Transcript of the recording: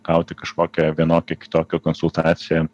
gauti kažkokią vienokią kitokią konsultaciją